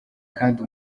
kandi